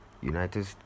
United